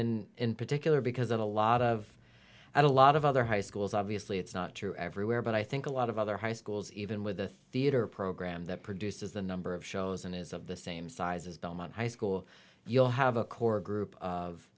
in in particular because of a lot of a lot of other high schools obviously it's not true everywhere but i think a lot of other high schools even with a theater program that produces the number of shows in is of the same size as belmont high school you'll have a core group of